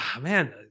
Man